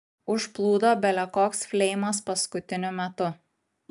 užplūdo bele koks fleimas paskutiniu metu